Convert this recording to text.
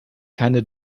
keine